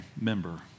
member